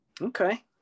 okay